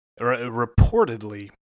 reportedly